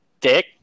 dick